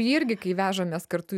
jį irgi kai vežamės kartu